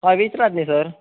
हय विचरात न्ही सर